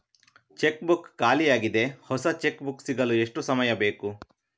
Check book ಖಾಲಿ ಯಾಗಿದೆ, ಹೊಸ ಚೆಕ್ ಬುಕ್ ಸಿಗಲು ಎಷ್ಟು ಸಮಯ ಬೇಕು?